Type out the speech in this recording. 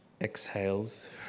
exhales